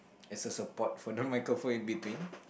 as a support for the microphone in between